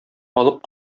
алып